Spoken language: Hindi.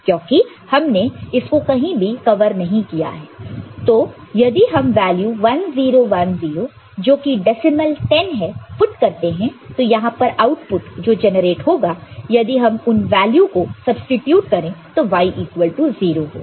क्योंकि हमने इसको कहीं भी कवर नहीं किया है तो यदि हम वैल्यू 1 0 1 0 जो कि डेसिमल 10 है पुट करते हैं तो यहां पर आउटपुट जो जनरेट होगा यदि हम उन वैल्यू को सब्सीट्यूट करें तो Y इक्वल टू 0 होगा